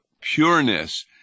pureness